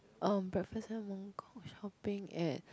um breakfast at Mongkok shopping at